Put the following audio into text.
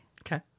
Okay